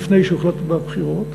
לפני שהוחלט בה על בחירות,